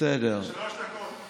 של קבוצת